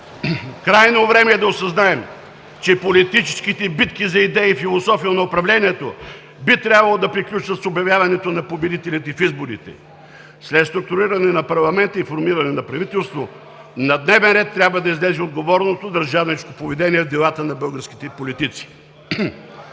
Крайно време е да осъзнаем, че политическите битки за идеи и философия на управлението би трябвало да приключват с обявяването на победителите в изборите. След структурирането на парламента и формирането на правителство на дневен ред трябва да излезе отговорното държавническо поведение в делата на българските политици.